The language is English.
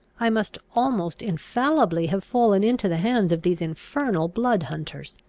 i must almost infallibly have fallen into the hands of these infernal blood-hunters.